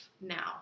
now